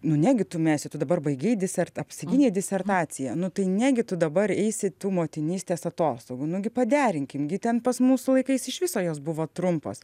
nu negi tu mesi tu dabar baigei disertą apsigynei disertaciją nu tai negi tu dabar eisi tų motinystės atostogų nu gi paderinkim gi ten pas mūsų laikais iš viso jos buvo trumpos